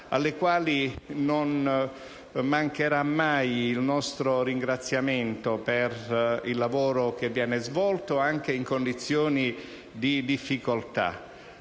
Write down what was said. alle quali non mancherà mai il nostro ringraziamento per il lavoro svolto, anche in condizioni di difficoltà.